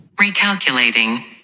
recalculating